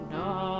no